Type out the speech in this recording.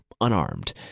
unarmed